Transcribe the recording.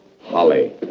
Holly